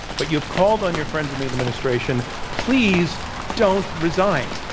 but you've called on your friends in the administration, please don't resign.